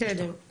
בסדר,